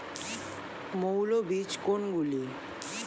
মৌল বীজ কোনগুলি?